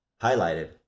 highlighted